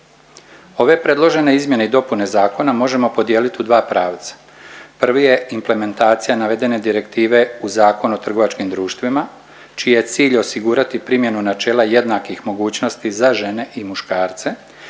Ove predložene izmjene i dopune zakona možemo podijelit u dva pravca, prvi je implementacija navedene direktive u Zakon o trgovačkim društvima čiji je cilj osigurati primjenu načela jednakih mogućnosti za žene i muškarce